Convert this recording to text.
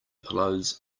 pillows